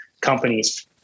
companies